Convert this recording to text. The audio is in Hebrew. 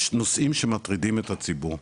יש נושאים שמטרידים את הציבור,